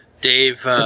Dave